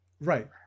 right